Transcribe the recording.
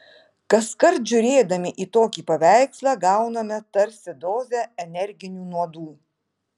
kaskart žiūrėdami į tokį paveikslą gauname tarsi dozę energinių nuodų